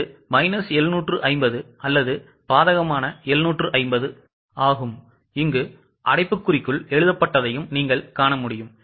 இது மைனஸ் 750 அல்லது பாதகமான 750 இங்கு அடைப்புக்குறிக்குள் எழுதப்பட்டதையும் நீங்கள் காணலாம்